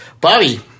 Bobby